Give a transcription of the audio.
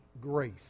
grace